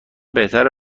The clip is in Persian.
بهتره